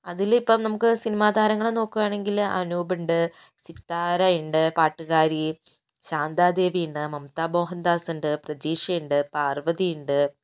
അതിലിപ്പോൾ നമുക്ക് സിനിമതാരങ്ങളെ നോക്കുകയാണെങ്കിൽ അനൂപുണ്ട് സിതാരയുണ്ട് പാട്ടുകാരി ശാന്താദേവി ഉണ്ട് മംമ്ത മോഹൻദാസുണ്ട് പ്രജിഷയുണ്ട് പാർവ്വതിയുണ്ട്